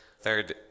third